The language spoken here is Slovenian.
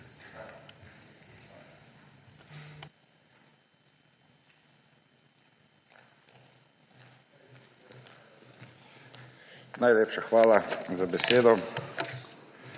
Najlepša hvala za besedo.